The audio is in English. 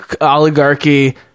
oligarchy